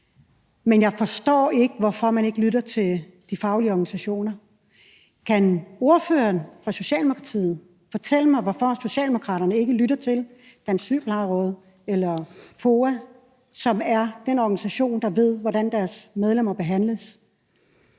Men jeg forstår ikke, hvorfor man ikke lytter til de faglige organisationer. Kan ordføreren for Socialdemokratiet fortælle mig, hvorfor Socialdemokraterne ikke lytter til Dansk Sygeplejeråd eller FOA, som er den organisation, der ved, hvordan deres medlemmer behandles?